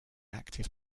active